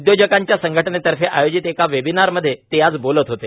उद्योजकांच्या संघटनेतर्फे आयोजित एका वेबिनारमधे ते आज बोलत होते